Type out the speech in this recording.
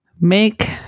Make